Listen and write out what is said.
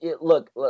Look